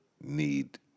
need